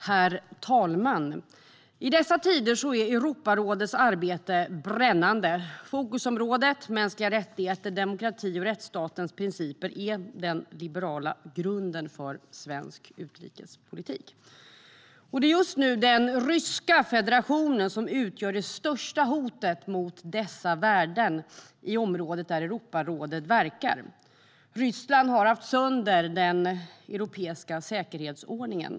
Herr talman! I dessa tider är Europarådets arbete brännande. Fokusområdena - mänskliga rättigheter, demokrati och rättsstatens principer - är den liberala grunden för svensk utrikespolitik. Just nu är det Ryska federationen som utgör det största hotet mot dessa värden i området där Europarådet verkar. Ryssland har haft sönder den europeiska säkerhetsordningen.